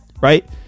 right